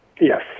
Yes